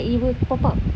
like it will pop up